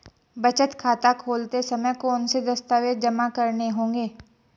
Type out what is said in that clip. बचत खाता खोलते समय कौनसे दस्तावेज़ जमा करने होंगे?